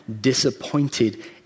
disappointed